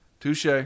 Touche